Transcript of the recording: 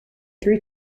three